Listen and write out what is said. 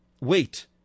wait